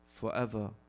forever